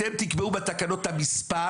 אתם תקבעו בתקנות את המספר